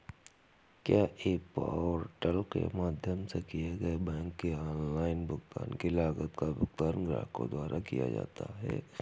क्या e portal के माध्यम से किए गए बैंक के ऑनलाइन भुगतान की लागत का भुगतान ग्राहकों द्वारा किया जाता है?